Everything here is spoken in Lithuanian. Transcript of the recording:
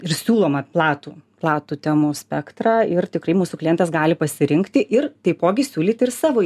ir siūlome platų platų temų spektrą ir tikrai mūsų klientas gali pasirinkti ir taipogi siūlyt ir savo